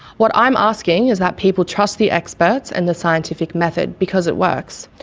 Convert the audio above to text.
what i'm asking is that people trust the experts and the scientific method, because it works.